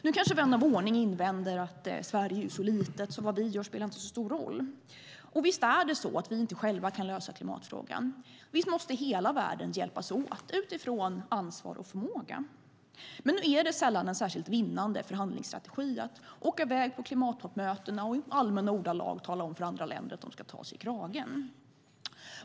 Nu kanske vän av ordning invänder att Sverige är så litet att det inte spelar så stor roll vad vi gör. Och visst är det så; vi kan inte ensamma lösa klimatfrågan. Visst måste hela världen hjälpas åt utifrån ansvar och förmåga. Men nu är det sällan en särskilt vinnande förhandlingsstrategi att åka i väg på klimattoppmötena och i allmänna ordalag tala om för andra länder att de ska ta sig i kragen.